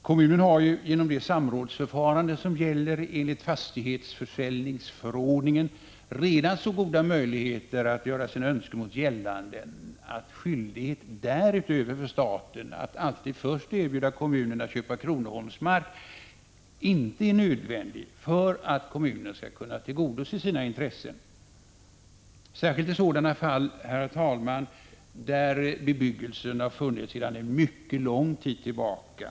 Kommunen har ju genom det samrådsförfarande som gäller enligt fastighetsförsäljningsförordningen redan så goda möjligheter att göra sina önskemål gällande att skyldighet därutöver för staten att alltid först erbjuda kommunen att köpa kronoholmsmark inte är nödvändig för att kommunen skall kunna tillgodose sina intressen. Detta gäller särskilt vid sådana fall där bebyggelsen har funnits sedan en mycket lång tid tillbaka.